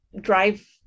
drive